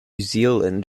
zealand